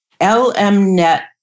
LMNet